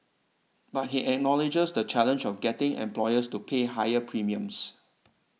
but he acknowledges the challenge of getting employers to pay higher premiums